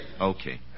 Okay